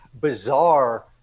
bizarre